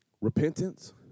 Repentance